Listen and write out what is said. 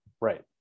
Right